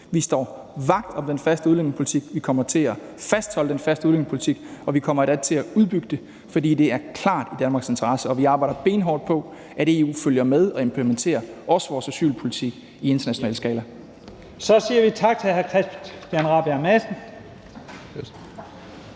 Vi står vagt om den faste udlændingepolitik, vi kommer til at fastholde den faste udlændingepolitik, og vi kommer endda til at udbygge den, for det er klart i Danmarks interesse, og vi arbejder benhårdt på, at EU følger med og også implementerer vores asylpolitik i international skala. Kl. 10:35 Første næstformand (Leif Lahn